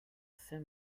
saint